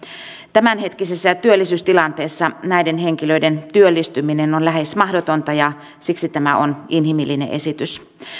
tämänhetkisessä työllisyystilanteessa näiden henkilöiden työllistyminen on lähes mahdotonta ja siksi tämä on inhimillinen esitys